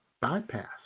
bypass